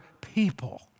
people